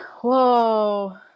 Whoa